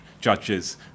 judges